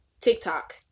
TikTok